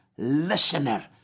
listener